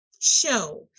Show